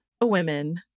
women